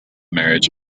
marriage